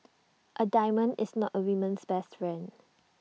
A diamond is not A woman's best friend